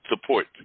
support